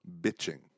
bitching